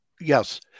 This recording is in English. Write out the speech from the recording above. Yes